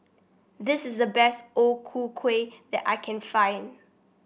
this is the best O Ku Kueh that I can find